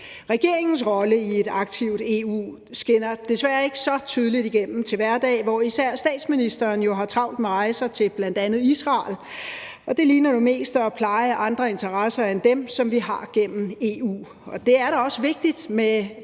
Regeringens rolle i et aktivt EU skinner desværre ikke så tydeligt igennem til hverdag, hvor især statsministeren jo har travlt med rejser til bl.a. Israel, og det ligner mest noget, hvor man plejer andre interesser end dem, som vi har gennem EU. Det er da også vigtigt med